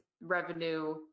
revenue